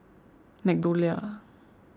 MeadowLea